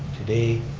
today,